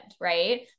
Right